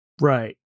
Right